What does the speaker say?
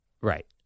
Right